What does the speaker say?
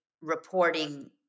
reporting